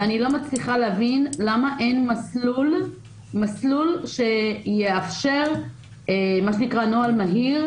ואני לא מצליחה להבין למה אין מסלול שיאפשר נוהל מהיר.